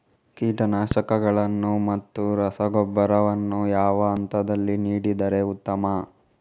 ಕೀಟನಾಶಕಗಳನ್ನು ಮತ್ತು ರಸಗೊಬ್ಬರವನ್ನು ಯಾವ ಹಂತದಲ್ಲಿ ನೀಡಿದರೆ ಉತ್ತಮ?